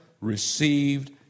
received